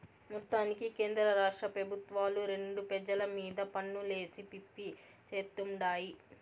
మొత్తానికి కేంద్రరాష్ట్ర పెబుత్వాలు రెండు పెజల మీద పన్నులేసి పిప్పి చేత్తుండాయి